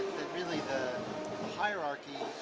that really the hierarchy,